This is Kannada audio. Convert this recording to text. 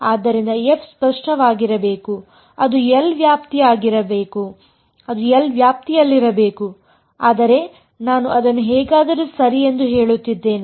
ಆದ್ದರಿಂದ f ಸ್ಪಷ್ಟವಾಗಿರಬೇಕು ಅದು L ವ್ಯಾಪ್ತಿಯಲ್ಲಿರಬೇಕು ಆದರೆ ನಾನು ಅದನ್ನು ಹೇಗಾದರೂ ಸರಿ ಎಂದು ಹೇಳುತ್ತಿದ್ದೇನೆ